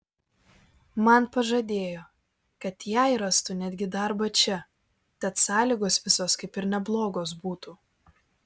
man pažadėjo kad jai rastų netgi darbą čia tad sąlygos visos kaip ir neblogos būtų